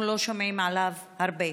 אנחנו לא שומעים עליו הרבה: